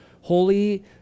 holy